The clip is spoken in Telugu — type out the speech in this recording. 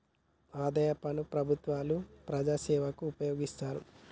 ఆదాయ పన్ను ప్రభుత్వాలు ప్రజాసేవకు ఉపయోగిస్తారు